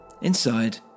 inside